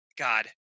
god